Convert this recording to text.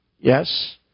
Yes